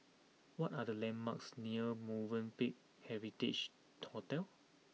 what are the landmarks near Movenpick Heritage Hotel